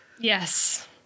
Yes